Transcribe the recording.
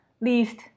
least